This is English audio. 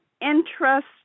interest